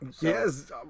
Yes